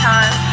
Time